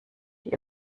die